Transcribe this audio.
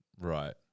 Right